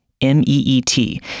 M-E-E-T